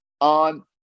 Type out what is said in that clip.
on